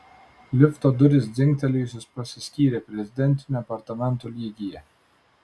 lifto durys dzingtelėjusios prasiskyrė prezidentinių apartamentų lygyje